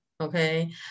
okay